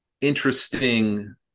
interesting